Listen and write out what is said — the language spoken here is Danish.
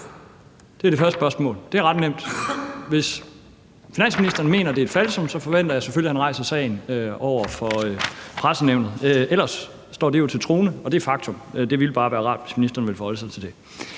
Det er det første spørgsmål, det er ret nemt. Hvis finansministeren mener, at det er et falsum, forventer jeg selvfølgelig, at han rejser sagen over for Pressenævnet. Ellers står det jo til troende, at det er et faktum, og det ville bare være rart, hvis ministeren ville forholde sig til det.